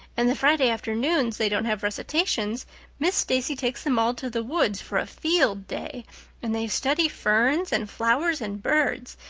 and the friday afternoons they don't have recitations miss stacy takes them all to the woods for a field day and they study ferns and flowers and birds.